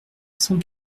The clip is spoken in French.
cent